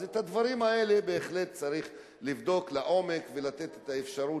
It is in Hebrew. אז את הדברים האלה צריך בהחלט לבדוק לעומק ולתת את האפשרות,